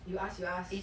you ask you ask please